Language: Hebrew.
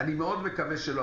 אני מאוד מקווה שלא,